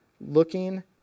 looking